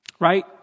right